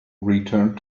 returned